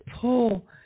pull